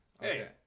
Hey